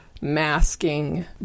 masking